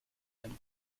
and